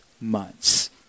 months